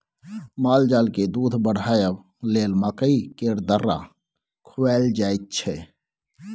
मालजालकेँ दूध बढ़ाबय लेल मकइ केर दर्रा खुआएल जाय छै